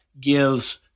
gives